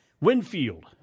Winfield